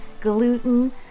gluten